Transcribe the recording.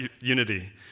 unity